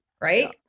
right